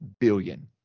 billion